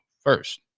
first